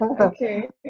okay